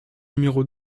numéro